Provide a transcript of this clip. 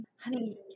Honey